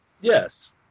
yes